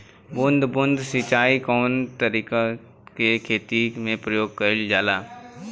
बूंद बूंद सिंचाई कवने तरह के खेती में प्रयोग कइलजाला?